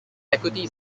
equity